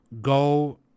go –